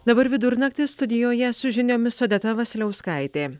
dabar vidurnaktis studijoje su žiniomis odeta vasiliauskaitė